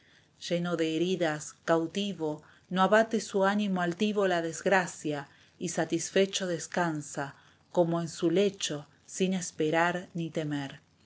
lleno de heridas cautivo no abate su ánimo altivo la desgracia y satisfecho descansa como en su'lecho sin esperar ni temer